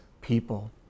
people